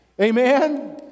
Amen